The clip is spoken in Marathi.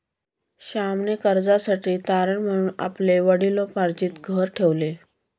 श्यामने कर्जासाठी तारण म्हणून आपले वडिलोपार्जित घर ठेवले